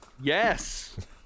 yes